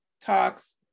talks